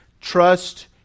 Trust